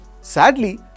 Sadly